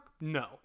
No